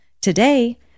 Today